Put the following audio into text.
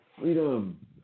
freedom